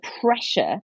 pressure